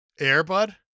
Airbud